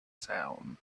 sound